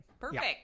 Perfect